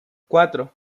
cuatro